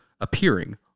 appearing